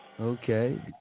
Okay